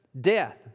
death